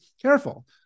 careful